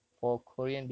oo